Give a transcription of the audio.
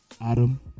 Adam